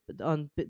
on